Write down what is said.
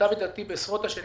למיטב ידיעתי, בעשרות השנים